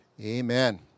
Amen